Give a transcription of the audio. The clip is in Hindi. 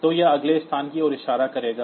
तो यह अगले स्थान की ओर इशारा करेगा